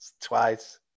Twice